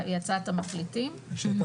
יש לנו